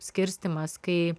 skirstymas kai